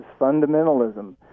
fundamentalism